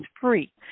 free